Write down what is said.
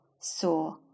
saw